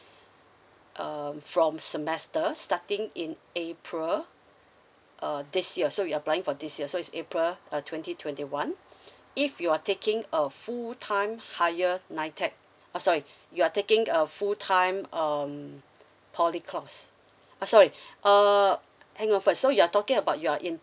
um from semester starting in april err this year so you're applying for this year so is april uh twenty twenty one if you are taking a full time higher nitec ah sorry you are taking a full time um poly course uh sorry uh hang on first so you are talking about you are in